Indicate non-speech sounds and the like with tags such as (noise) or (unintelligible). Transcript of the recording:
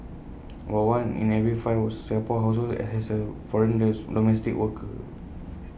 about one in every five or Singapore households has A foreign (unintelligible) domestic worker